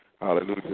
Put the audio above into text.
Hallelujah